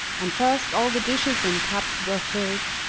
and first all the dishes and tubs were filled,